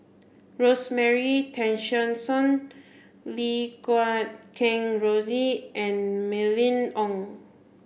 Rosemary Tessensohn Lim Guat Kheng Rosie and Mylene Ong